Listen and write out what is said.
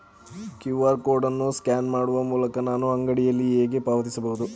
QR code ಅನ್ನು scan ಮಾಡುವ ಮೂಲಕ ನಾನು ಅಂಗಡಿಯಲ್ಲಿ ಹೇಗೆ ಪಾವತಿಸಬಹುದು?